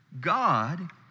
God